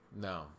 No